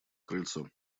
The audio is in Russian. крыльцо